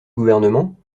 gouvernement